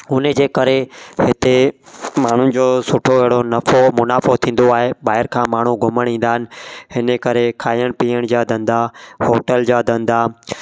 उनजे करे हिते माण्हूनि जो सुठो अहिड़ो नफ़ो मुनाफ़ो थींदो आहे ॿाहिरि खां माण्हू घुमण ईंदा आहिनि हिन करे खाइण पीअण जा धंधा होटल जा धंधा